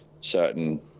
certain